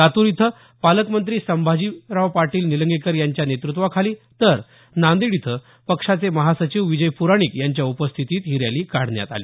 लातूर इथं पालकमंत्री संभाजीराव पाटील निलंगेकर यांच्या नेतृत्वाखाली तर नांदेड इथं पक्षाचे महासचिव विजय पुराणिक यांच्या उपस्थितीत ही रॅली काढण्यात आली